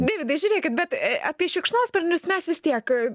deividai žiūrėkit bet apie šikšnosparnius mes vis tiek